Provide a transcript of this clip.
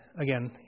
again